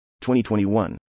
2021